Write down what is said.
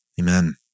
Amen